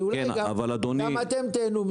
שאולי גם אתם תיהנו ממנו.